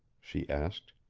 she asked.